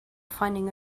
finding